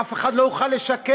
אף אחד לא יוכל לשקם.